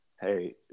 hey